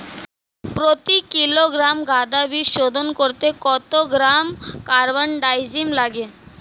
প্রতি কিলোগ্রাম গাঁদা বীজ শোধন করতে কত গ্রাম কারবানডাজিম লাগে?